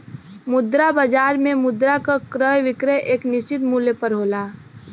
मुद्रा बाजार में मुद्रा क क्रय विक्रय एक निश्चित मूल्य पर होला